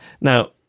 Now